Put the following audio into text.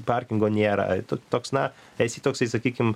parkingo nėra tu toks na esi toksai sakykim